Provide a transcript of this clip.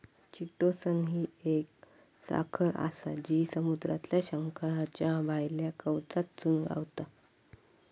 chitosan ही एक साखर आसा जी समुद्रातल्या शंखाच्या भायल्या कवचातसून गावता